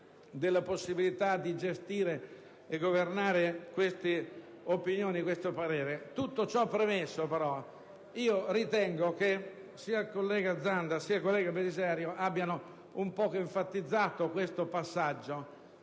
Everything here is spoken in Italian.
della possibilità di gestire e governare questo parere. Tutto ciò premesso, però, ritengo che sia il collega Zanda sia il collega Belisario abbiano un po' enfatizzato questo passaggio.